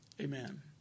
Amen